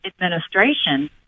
administration